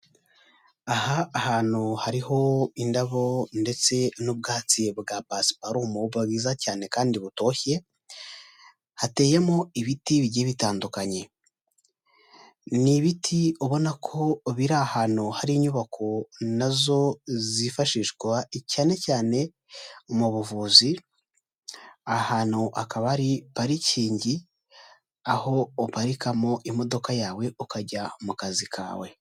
Aha hantu hariho indabo ndetse n'ubwatsi bwa pasiparumu bwiza cyane kandi butoshye, hateyemo ibiti bigiye bitandukanye, ni ibiti ubona ko biri ahantu hari inyubako nazo zifashishwa cyane cyane mu buvuzi, ahantu akaba ari parikingi, aho uparikamo imodoka yawe ukajya mu kazi kawe.